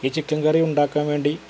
ഈ chicken curry ഉണ്ടാക്കാൻ വേണ്ടി